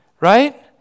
right